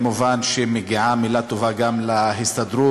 מובן שמגיעה מילה טובה גם להסתדרות